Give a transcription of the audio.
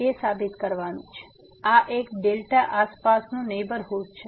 તેથી આ એક δ આસપાસનું નેહબરહુડ છે